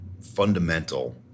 fundamental